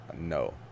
no